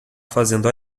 fazendo